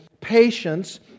Patience